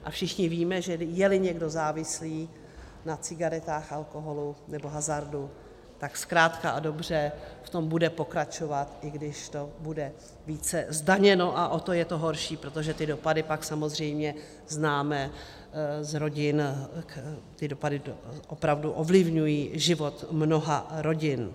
A všichni víme, že jeli někdo závislý na cigaretách, alkoholu nebo hazardu, tak zkrátka a dobře v tom bude pokračovat, i když to bude více zdaněno, a o to je to horší, protože ty dopady pak samozřejmě známe z rodin, ty dopady opravdu ovlivňují život mnoha rodin.